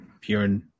pure